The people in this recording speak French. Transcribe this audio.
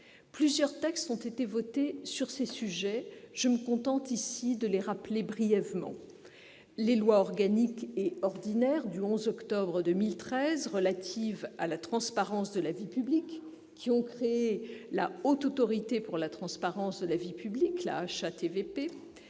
Plusieurs textes ont été adoptés sur ces sujets. Je me contenterai de les énumérer brièvement : les lois organique et ordinaire du 11 octobre 2013 relatives à la transparence de la vie publique, qui ont créé la Haute Autorité pour la transparence de la vie publique, la loi